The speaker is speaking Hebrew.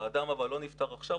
האדם לא נפטר עכשיו,